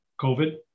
COVID